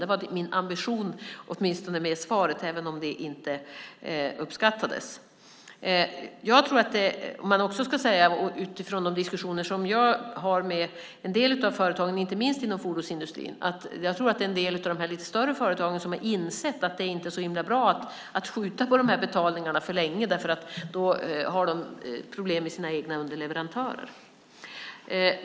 Det var min ambition åtminstone med svaret även om det inte uppskattades. Utifrån de diskussioner som jag har med en del av företagen, inte minst inom fordonsindustrin, tror jag att en del av dessa lite större företag har insett att det inte är så himla bra att skjuta på dessa betalningar för länge eftersom de då kan få problem med sina egna underleverantörer.